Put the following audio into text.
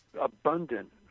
abundant